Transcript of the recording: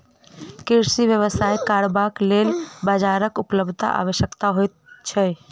कृषि व्यवसाय करबाक लेल बाजारक उपलब्धता आवश्यक होइत छै